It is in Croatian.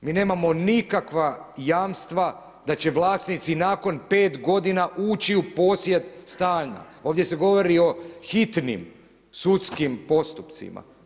Mi nemamo nikakva jamstva da će vlasnici nakon pet godina ući u posjed stana, ovdje se govori o hitnim sudskim postupcima.